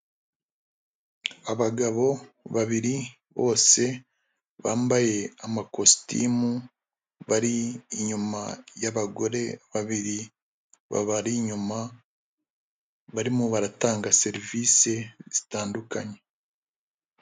Abagabo babiri bose bambaye amakositimu bari inyuma y'abagore babiri babari inyuma barimo baratanga serivisi zitandukanye.